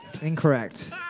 Incorrect